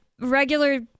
regular